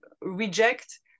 reject